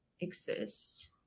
exist